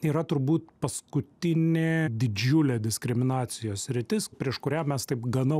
yra turbūt paskutinė didžiulė diskriminacijos sritis prieš kurią mes taip gana